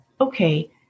okay